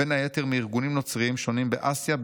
בין היתר מארגונים נוצריים שונים באסיה,